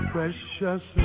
Precious